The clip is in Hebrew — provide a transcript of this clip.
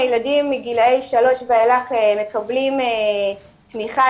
ילדים מגילאי שלוש ואילך מקבלים תמיכה